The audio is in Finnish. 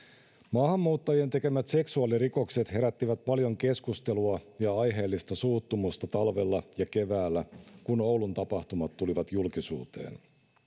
maahanmuuttajien tekemät seksuaalirikokset herättivät paljon keskustelua ja aiheellista suuttumusta talvella ja keväällä kun oulun tapahtumat tulivat julkisuuteen